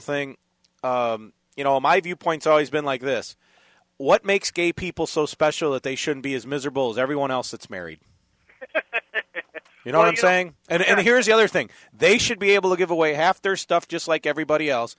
thing you know all my viewpoints always been like this what makes gay people so special that they should be as miserable as everyone else that's married and you know what i'm saying and here's the other thing they should be able to give away half their stuff just like e